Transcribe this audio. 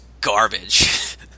garbage